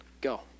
Go